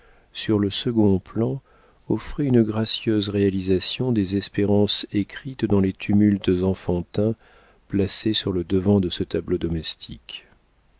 sur le second plan offrait une gracieuse réalisation des espérances écrites dans les tumultes enfantins placés sur le devant de ce tableau domestique